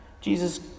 Jesus